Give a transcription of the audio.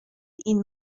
این